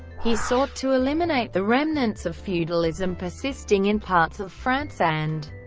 he sought to eliminate the remnants of feudalism persisting in parts of france and,